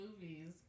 movies